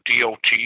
DOT